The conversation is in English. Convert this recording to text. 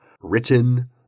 written